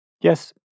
Yes